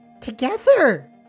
together